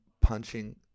punching